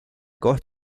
koht